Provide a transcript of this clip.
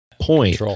point